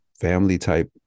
family-type